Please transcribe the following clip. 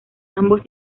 ambos